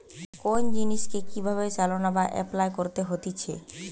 কোন জিনিসকে কি ভাবে চালনা বা এপলাই করতে হতিছে